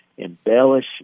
embellish